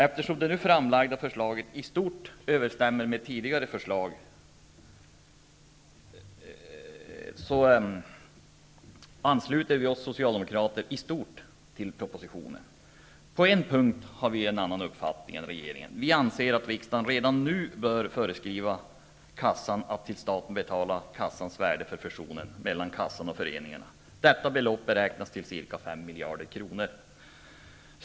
Eftersom det nu framlagda förslaget i stort överenstämmer med det tidigare socialdemokratiska förslaget, ansluter vi oss i huvudsak till propositionen. På en punkt har vi en annan uppfattning än regeringen. Vi anser att riksdagen redan nu bör föreskriva kassan att till staten betala kassans värde före fusionen mellan kassan och föreningarna. Detta belopp beräknas till ca 5 miljarder kronor.